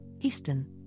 Eastern